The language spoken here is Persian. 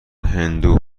هندو